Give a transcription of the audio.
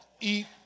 eat